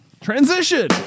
transition